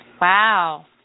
Wow